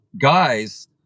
guys